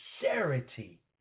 sincerity